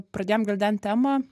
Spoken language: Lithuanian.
pradėjom gvildent temą